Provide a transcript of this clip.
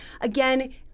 Again